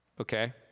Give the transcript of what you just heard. Okay